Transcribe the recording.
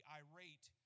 irate